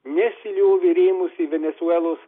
nesiliovė rėmusi venesuelos